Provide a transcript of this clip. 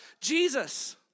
Jesus